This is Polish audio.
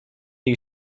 jej